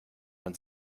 man